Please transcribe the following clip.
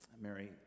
Mary